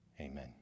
amen